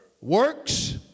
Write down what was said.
works